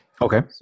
Okay